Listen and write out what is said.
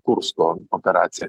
kursko operaciją